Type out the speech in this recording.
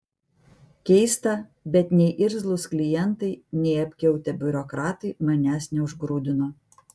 keista bet nei irzlūs klientai nei apkiautę biurokratai manęs neužgrūdino